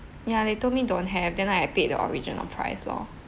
ya they told me don't have then I paid the original price lor